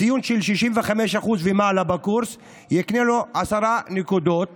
ציון של 65 ומעלה בקורס יקנה לו 10 נקודות